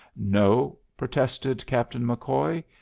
no! protested captain mccoy,